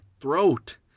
throat